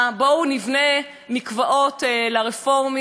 מקוואות לרפורמים ולקונסרבטיבים.